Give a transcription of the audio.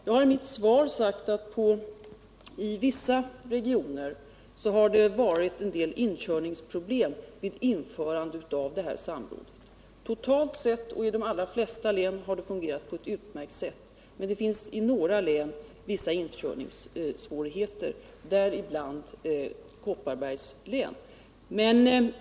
Jag har i 43 mitt svar sagt att det i vissa regioner har varit en del inkörningsproblem vid införandet av detta samråd. Totalt sett och i de allra flesta länen har det fungerat på ett utmärkt sätt, men det finns i några län — däribland Kopparbergs — vissa inkörningssvårigheter.